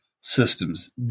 systems